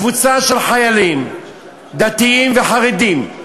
קבוצה של חיילים דתיים וחרדים,